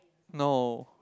no